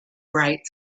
bright